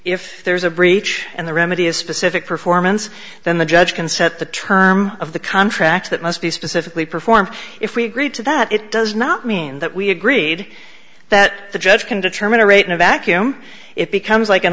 if there is a breach and the remedy is specific performance then the judge can set the term of the contract that must be specifically performed if we agree to that it does not mean that we agreed that the judge can determine a rate in a vacuum it becomes like an